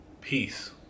peace